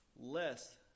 less